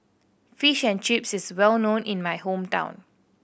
Fish and Chips is well known in my hometown